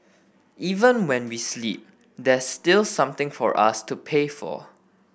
even when we sleep there's still something for us to pay for